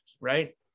right